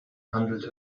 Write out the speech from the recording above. handelt